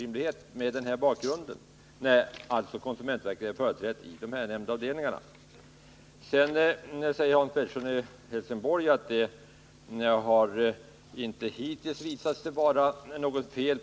Mot bakgrund av att konsumentverket är företrätt i nämndavdelningarna verkar denna invändning falla på sin egen orimlighet.